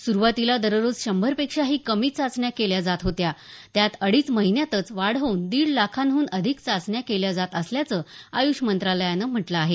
सुरूवातीला दररोज शंभर पेक्षाही कमी चाचण्या केल्या जात होत्या त्यात अडीच महिन्यांतच वाढ होऊन दीड लाखांहून अधिक चाचण्या केल्या जात असल्याच आयुष मत्रालयान म्हटल आहे